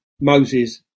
Moses